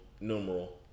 numeral